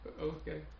Okay